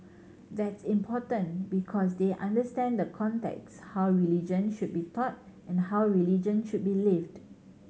that's important because they understand the context how religion should be taught and how religion should be lived